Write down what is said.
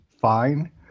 fine